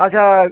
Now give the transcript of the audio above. ଆଚ୍ଛା